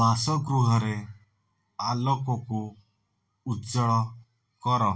ବାସଗୃହରେ ଆଲୋକକୁ ଉଜ୍ଜ୍ୱଳ କର